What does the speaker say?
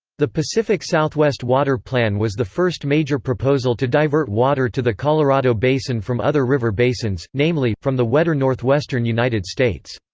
the pacific southwest water plan was the first major proposal to divert water to the colorado basin from other river basins namely, from the wetter northwestern united states.